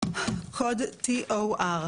קוד TOR,